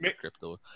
crypto